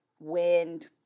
wind